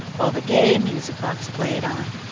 while the gay music-box played on.